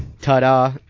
Ta-da